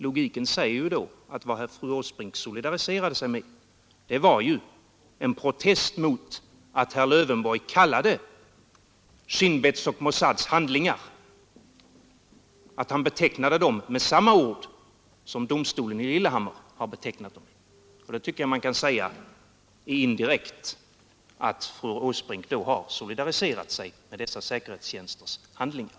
Logiken säger ju då att vad fru Åsbrink solidariserade sig med var en protest mot att herr Lövenborg betecknade Shin Beths och Mossads handlingar med samma ord som domstolen i Lillehammar betecknat dem. Då kan man säga att indirekt har fru Åsbrink solidariserat sig med dessa säkerhetstjänsters handlingar.